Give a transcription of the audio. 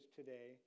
today